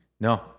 no